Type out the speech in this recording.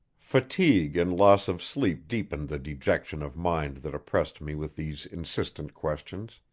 fatigue and loss of sleep deepened the dejection of mind that oppressed me with these insistent questions,